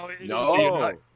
No